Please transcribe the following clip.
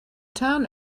town